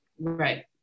right